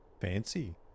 Fancy